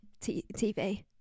TV